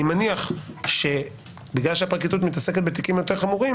אני מניח שבגלל שהפרקליטות מתעסקת בתיקים יותר חמורים